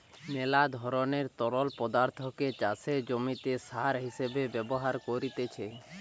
মেলা ধরণের তরল পদার্থকে চাষের জমিতে সার হিসেবে ব্যবহার করতিছে